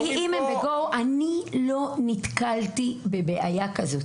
אם הם ב-Go, אני לא נתקלתי בבעיה כזו.